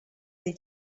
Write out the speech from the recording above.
dei